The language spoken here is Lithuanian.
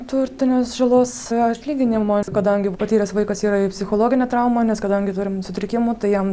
turtinės žalos atlyginimo kadangi patyręs vaikas yra psichologinę traumą nes kadangi turim sutrikimų tai jam